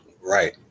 Right